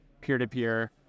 peer-to-peer